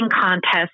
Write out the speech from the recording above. contest